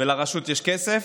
ולרשות יש כסף,